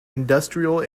industrial